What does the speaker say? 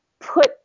put